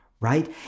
right